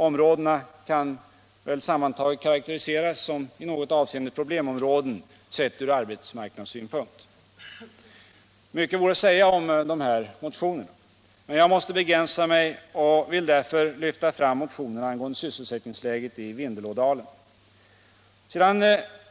Områdena kan sammantaget karakteriseras som i något avseende problemområden sett ur arbetsmarknadssynpunkt. Mycket vore att säga om dessa motioner. Men jag måste begränsa mig och vill därför lyfta fram motionerna angående sysselsättningsläget i Vindelådalen. Sedan